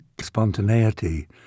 spontaneity